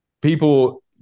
people